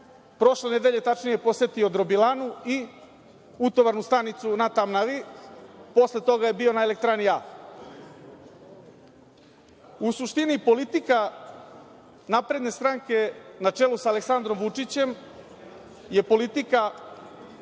Prošle nedelje tačnije je posetio drobilanu i utovarnu stanicu na Tamnavi, a posle toga je bio na elektrani A.U suštini politika SNS na čelu sa Aleksandrom Vučićem je politika